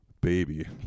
baby